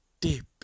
deep